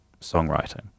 songwriting